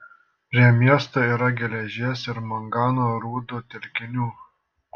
prie miesto yra geležies ir mangano rūdų telkinių